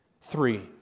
Three